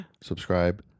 Subscribe